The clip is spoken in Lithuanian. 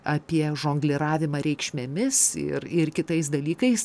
apie žongliravimą reikšmėmis ir ir kitais dalykais